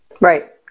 right